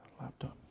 laptop